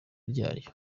ryayo